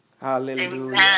Hallelujah